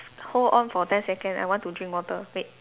hold on for ten second I want to drink water wait